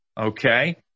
okay